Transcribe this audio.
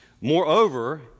Moreover